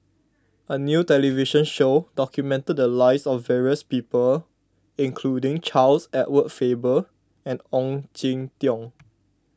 a new television show documented the lives of various people including Charles Edward Faber and Ong Jin Teong